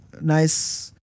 Nice